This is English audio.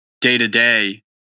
day-to-day